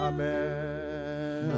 Amen